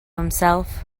himself